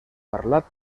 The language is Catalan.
parlat